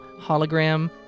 hologram